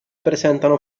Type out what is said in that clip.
presentano